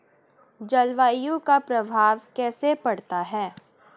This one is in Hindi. जलवायु का प्रभाव कैसे पड़ता है?